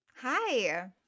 Hi